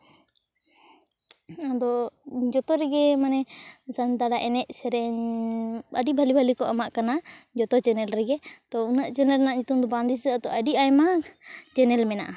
ᱟᱫᱚ ᱡᱚᱛᱚ ᱨᱮᱜᱮ ᱢᱟᱱᱮ ᱥᱟᱱᱛᱟᱲᱟᱜ ᱮᱱᱮᱡ ᱥᱮᱨᱮᱧ ᱟᱹᱰᱤ ᱵᱷᱟᱞᱮ ᱵᱷᱟᱞᱮ ᱠᱚ ᱮᱢᱟᱜ ᱠᱟᱱᱟ ᱡᱚᱛᱚ ᱪᱮᱱᱮᱞ ᱨᱮᱜᱮ ᱛᱚ ᱩᱱᱟᱹᱜ ᱪᱮᱱᱮᱞ ᱨᱮᱱᱟᱜ ᱧᱩᱛᱩᱢ ᱫᱚ ᱵᱟᱝ ᱫᱤᱥᱟᱹᱜᱼᱟ ᱛᱮ ᱟᱹᱰᱤ ᱟᱭᱢᱟ ᱪᱮᱱᱮᱞ ᱢᱮᱱᱟᱜᱼᱟ